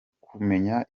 kumenya